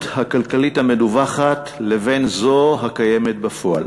הכלכלית המדווחת לבין זו הקיימת בפועל.